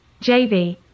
JV